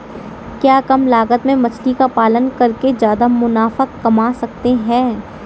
क्या कम लागत में मछली का पालन करके ज्यादा मुनाफा कमा सकते हैं?